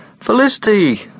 Felicity